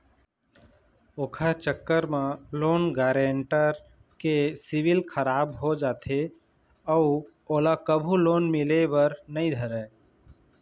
ओखर चक्कर म लोन गारेंटर के सिविल खराब हो जाथे अउ ओला कभू लोन मिले बर नइ धरय